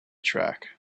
track